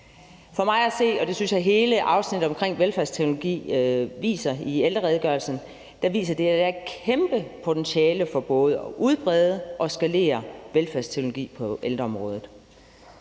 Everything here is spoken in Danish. For mig at se, og det synes jeg hele afsnittet omkring velfærdsteknologi i ældreredegørelsen viser, viser det, at der er et kæmpe potentiale for både at udbrede og skalere velfærdsteknologi på ældreområdet.